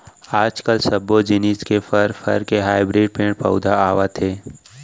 आजकाल सब्बो जिनिस के फर, फर के हाइब्रिड पेड़ पउधा आवत हे